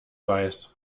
weiß